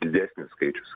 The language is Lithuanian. didesnis skaičius